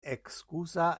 excusa